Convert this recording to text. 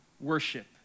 worship